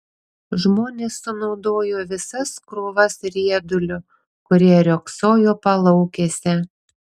žmonės sunaudojo visas krūvas riedulių kurie riogsojo palaukėse